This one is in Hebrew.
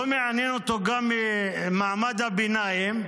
לא מעניין אותו גם מעמד הביניים,